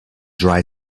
dry